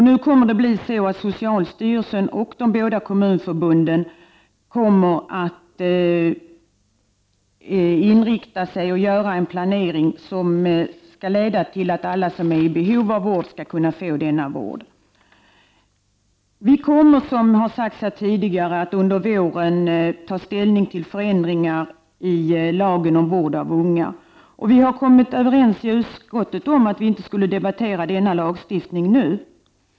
Nu kommer det att bli så att socialstyrelsen och de båda kommunförbunden inriktar sig på att göra upp en planering som leder till att alla som är i behov av vård skall få denna vård. Vi kommer, som har sagts här tidigare, under våren att ta ställning till förändringar i lagen om vård av unga. Vi har i utskottet kommit överens om att inte debattera denna lagstiftning nu.